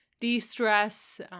de-stress